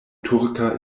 turka